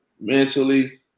Mentally